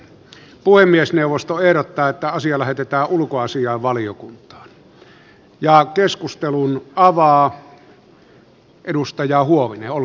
puhemiesneuvosto ehdottaa että asia lähetetään ulkoasiainvaliokuntaan